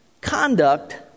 Conduct